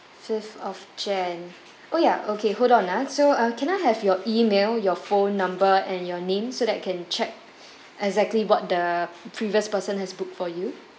fifth of jan oh ya okay hold on ah so uh can I have your email your phone number and your name so that I can check exactly what the previous person has booked for you